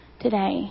today